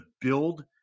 build